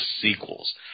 sequels